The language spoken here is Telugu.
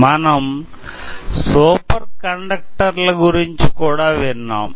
మనం సూపర్ కండక్టర్ల గురించి కూడా విన్నాం